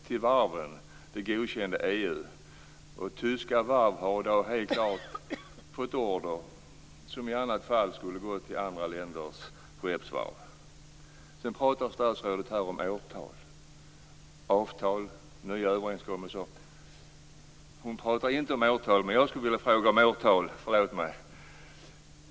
Det är helt klart att tyska varv i dag har fått order som i annat fall skulle ha gått till andra länders skeppsvarv. Sedan pratar statsrådet om avtal och nya överenskommelser. Jag skulle vilja ställa en fråga om årtal.